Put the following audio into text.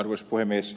arvoisa puhemies